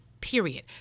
Period